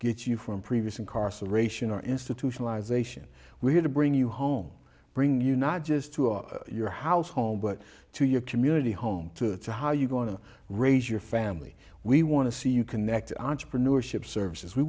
get you from previous incarceration or institutionalization we have to bring you home bring you not just to your house home but to your community home to how you want to raise your family we want to see you connect entrepreneurship services we